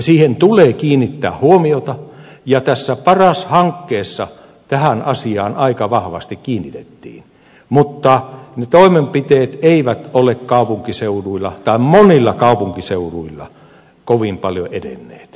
siihen tulee kiinnittää huomiota ja paras hankkeessa tähän asiaan aika vahvasti kiinnitettiin mutta ne toimenpiteet eivät ole monilla kaupunkiseuduilla kovin paljon edenneet